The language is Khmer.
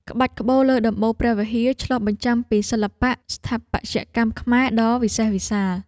ក្បាច់ក្បូរលើដំបូលព្រះវិហារ ឆ្លុះបញ្ចាំងពីសិល្បៈស្ថាបត្យកម្មខ្មែរដ៏វិសេសវិសាល។